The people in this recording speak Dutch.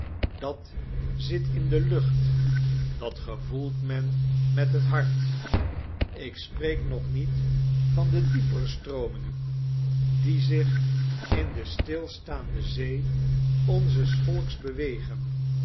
dat zit in de lucht dat gevoelt men met het hart ik spreek nog niet van de diepere stroomingen die zich in de stilstaande zee onzes volks bewegen